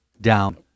down